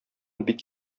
бик